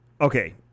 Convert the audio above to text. okay